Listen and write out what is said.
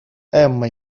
эмма